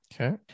Okay